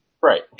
Right